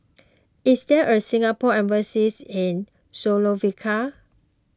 is there a Singapore Embassy in Slovakia